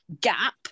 gap